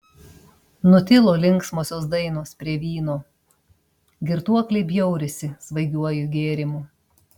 nutilo linksmosios dainos prie vyno girtuokliai bjaurisi svaigiuoju gėrimu